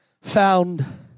found